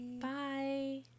Bye